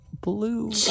Blue